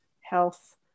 health